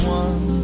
one